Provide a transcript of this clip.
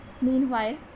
Meanwhile